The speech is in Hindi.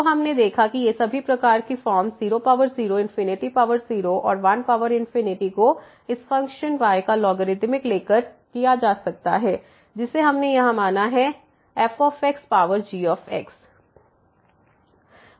तो हमने देखा कि ये सभी प्रकार के फॉर्म 00 0 और 1 को इस फ़ंक्शन y का लॉगरिदमिक लेकर किया जा सकता है जिसे हमने यहां माना है f पावर g